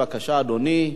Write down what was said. בבקשה, אדוני.